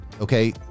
okay